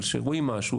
אבל כשרואים משהו,